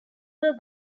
were